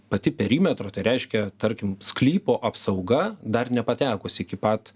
pati perimetro tai reiškia tarkim sklypo apsauga dar nepatekus iki pat